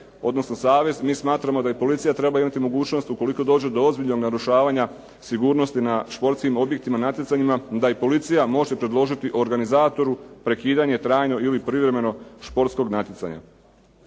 odnosno savez. Mi smatramo da i policija treba imati mogućnost ukoliko dođe do ozbiljnog narušavanja sigurnosti na športskim objektima i natjecanjima da i policija može predložiti organizatoru prekidanje trajno ili privremeno športskog natjecanja.